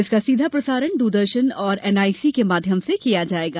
इसका सीधा प्रसारण दूरदर्शन और एनआईसी के माध्यम से किया जायेगा